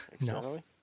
No